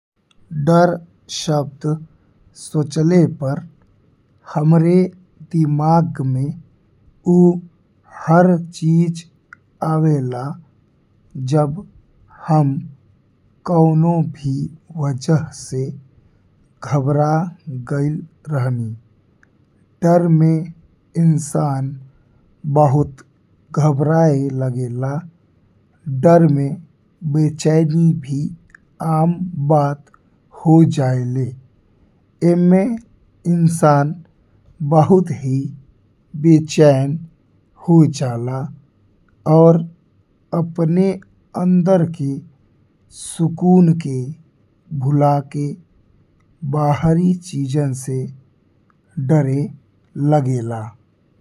डर शब्द सोचले पर हमरे दिमाग में ऊ हर चीज आवेला जब हम कउनो भी वजह से घबरा गइल रहलनी। डर में इंसान बहुत घबराए लागेला डर में बेचैनी भी आम बात हो जायेला। ई मे इंसान बहुत ही बेचैन हो जाला और अपने अंदर के सुकून के भूला के बाहरी चीजन से डरे लागेला।